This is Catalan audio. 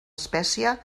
espècie